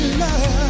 love